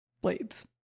blades